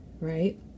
right